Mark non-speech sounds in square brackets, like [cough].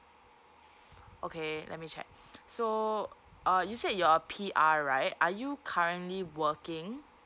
okay let me check [breath] so uh you said you're a P_R right are you currently working